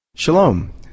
Shalom